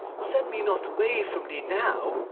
send me not away from thee now,